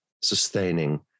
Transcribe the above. sustaining